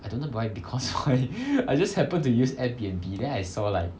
I don't know why because why I just happen to use Airbnb then I saw like